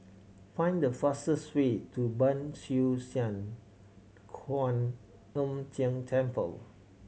find the fastest way to Ban Siew San Kuan Im Tng Temple